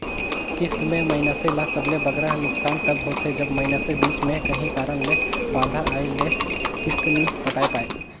किस्त में मइनसे ल सबले बगरा नोसकान तब होथे जब मइनसे बीच में काहीं कारन ले बांधा आए ले किस्त नी पटाए पाए